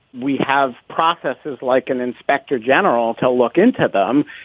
we have processes like an inspector general to look into them.